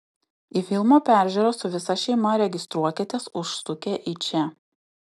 į filmo peržiūrą su visa šeima registruokitės užsukę į čia